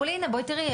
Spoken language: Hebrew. אמרו לי הנה בואי תראי,